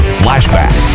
flashback